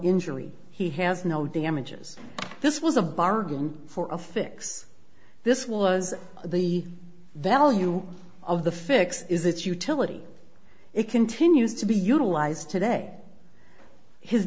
injury he has no damages this was a bargain for a fix this was the value of the fix is its utility it continues to be utilized today his